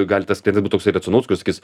gali tas ten būt toksai racionalus kuris sakys